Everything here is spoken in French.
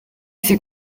ses